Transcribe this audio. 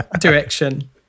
Direction